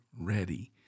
ready